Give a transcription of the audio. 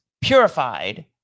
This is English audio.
purified